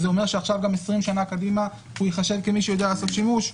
זה אומר שעכשיו גם 20 שנה קדימה הוא ייחשב כמי שיודע לעשות שימוש?